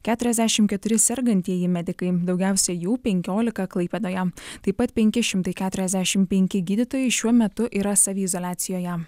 keturiasdešimt keturi sergantieji medikai daugiausiai jų penkiolika klaipėdoje taip pat penki šimtai keturiasdešimt penki gydytojai šiuo metu yra saviizoliacijoje